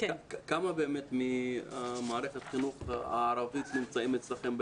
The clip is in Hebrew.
כמה באמת ממערכת החינוך הערבית נמצאים אצלכם,